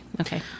Okay